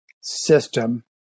system